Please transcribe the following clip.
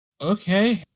Okay